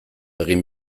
egin